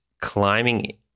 climbing